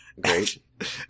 great